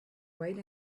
white